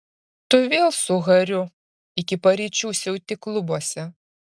tu vėl su hariu iki paryčių siauti klubuose